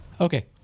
Okay